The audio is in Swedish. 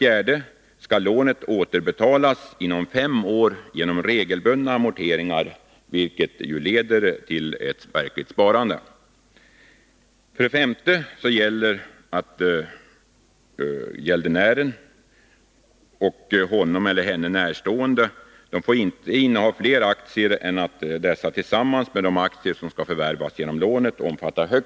Lånet skall återbetalas inom fem år genom regelbundna amorteringar, vilket leder till ett verkligt sparande. 6.